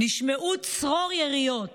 נשמע צרור יריות,